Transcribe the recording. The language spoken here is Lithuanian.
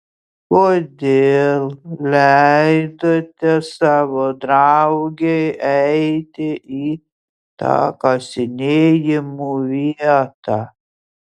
kodėl leidote savo draugei eiti į tą kasinėjimų vietą